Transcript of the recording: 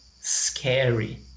scary